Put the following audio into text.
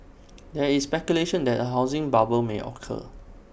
there is speculation that A housing bubble may occur